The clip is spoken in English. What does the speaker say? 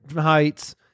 heights